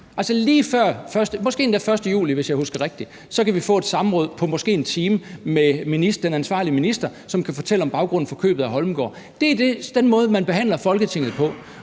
endda den 1. juli, hvis jeg husker rigtigt. Så kan vi få et samråd på måske en time med den ansvarlige minister, som kan fortælle om baggrunden for købet af Holmegaard. Det er den måde, man behandler Folketinget på,